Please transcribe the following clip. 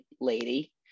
lady